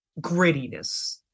grittiness